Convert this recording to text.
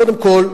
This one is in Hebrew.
קודם כול,